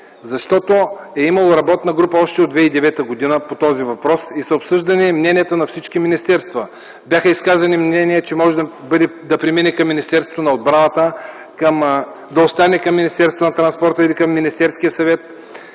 защото е имало работна група по този въпрос още през 2009 г. и са обсъждани мненията на всички министерства. Бяха изказани мнения, че може да премине към Министерството на отбраната, да остане към Министерството на транспорта или към Министерския съвет.